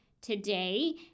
today